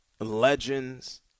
legends